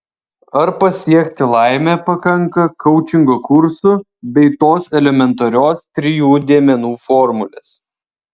ar pasiekti laimę pakanka koučingo kursų bei tos elementarios trijų dėmenų formulės